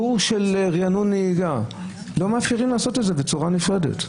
קורס של ריענון נהיגה לא מאפשרים להשתתף בהם בצורה נפרדת,